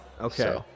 Okay